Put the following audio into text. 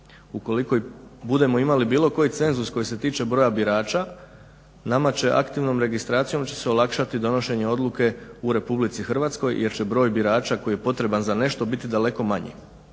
ukoliko budemo imali bilo koji cenzus koji se tiče broja birača nama će aktivnom registracijom se olakšati donošenje odluke u RH jer će broj birača koji je potreban za nešto biti daleko manji.